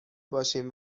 باشیم